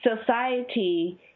society